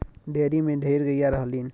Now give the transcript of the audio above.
dairy में ढेर गइया रहलीन